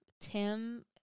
Tim